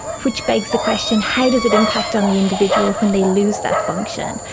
which begs the question how does it impact on the individual when they lose that function?